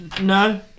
No